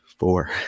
four